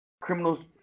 criminals